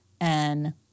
And-